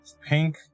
Pink